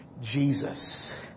Jesus